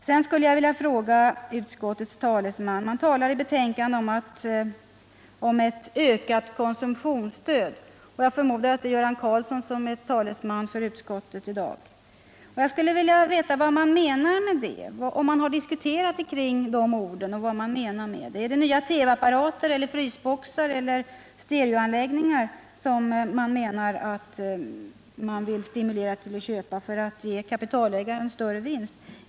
Sedan skulle jag vilja ställa en fråga till utskottets talesman, och jag förmodar att det i dag är Göran Karlsson. Man talar i betänkandet om ett ”ökat konsumtionsstöd”. Jag skulle vilja veta vad man menar med det och Nr 55 om man har diskuterat de orden. Är det nya TV-apparater, frysboxar eller Torsdagen den stereoanläggningar som man vill stimulera köp av för att ge kapitalägarna — 14 december 1978 större vinst?